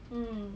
mm